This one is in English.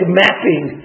mapping